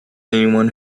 anyone